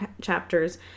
chapters